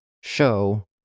show